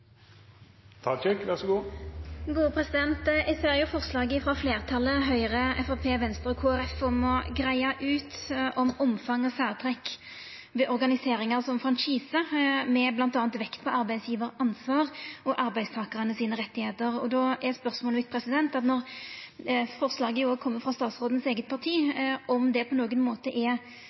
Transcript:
om å greia ut om omfang og særtrekk ved organiseringar som franchise, bl.a. med vekt på arbeidsgjevaransvar og rettane til arbeidstakarane. Då er spørsmålet mitt: Når forslaget òg kjem frå partiet til statsråden, er det på nokon måte